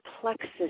plexus